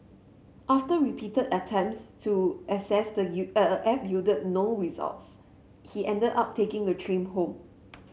after repeated attempts to access the app yielded no results he ended up taking the train home